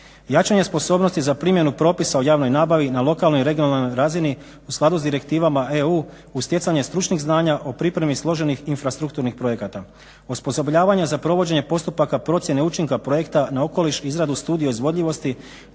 jačanje sposobnosti za primjenu propisa o javnoj nabavi na lokalnoj i regionalnoj razini u skladu s direktivama EU uz stjecanje stručnih znanja o pripremi složenih infrastrukturnih projekta, osposobljavanja za provođenje postupaka procjene učinka projekta na okoliš, izradu studije o izvodljivosti